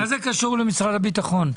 מה זה קשור למשרד הביטחון?